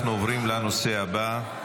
אנחנו עוברים לנושא הבא, הצעות